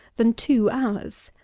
than two hours.